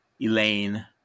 Elaine